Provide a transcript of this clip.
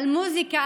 על מוזיקה,